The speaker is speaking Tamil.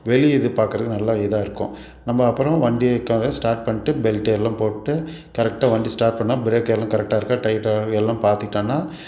வெளியே இது பார்க்குறக்கு நல்லா இதாக இருக்கும் நம்ம அப்புறம் வண்டியை க ஸ்டாட் பண்ணிட்டு பெல்ட்டை எல்லாம் போட்டு கரெக்டாக வண்டி ஸ்டாட் பண்ணிணா ப்ரேக் எல்லாம் கரெக்டாக இருக்கா டைட்டாக எல்லாம் பார்த்துக்கிடோன்னா